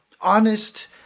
honest